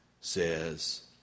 says